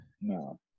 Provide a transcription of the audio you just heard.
No